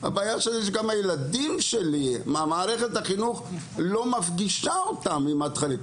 אלא שגם הילדים שלי מערכת החינוך לא מפגישה אותם עם התכנים".